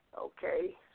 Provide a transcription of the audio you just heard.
Okay